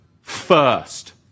first